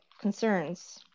concerns